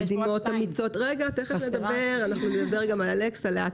חשוב לי,